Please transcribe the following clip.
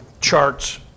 charts